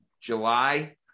July